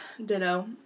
Ditto